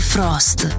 Frost